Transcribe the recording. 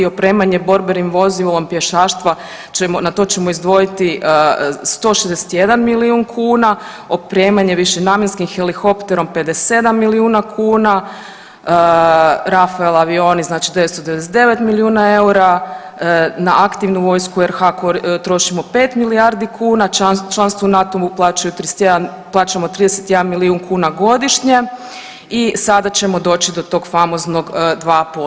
Opremanje borbenim vozilom pješaštva, na to ćemo izdvojiti 161 milijun kuna, opremanje višenamjenskim helikopterom 57 milijuna kuna, Rafael avioni, znači 999 milijuna eura, na aktivnu vojsku RH trošimo 5 milijardi kuna, članstvo u NATO-u plaćamo 31 milijun kuna godišnje i sada ćemo doći do tog famoznog 2%